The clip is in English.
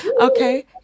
Okay